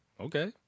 Okay